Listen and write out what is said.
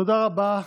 תודה רבה.